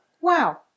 Wow